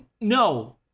no